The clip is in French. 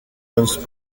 dance